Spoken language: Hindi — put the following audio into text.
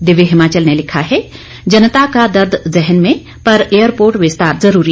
दिव्य हिमाचल ने लिखा है जनता का दर्द जेहन में पर एयरपोर्ट विस्तार जरूरी